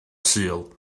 sul